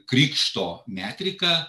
krikšto metriką